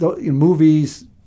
movies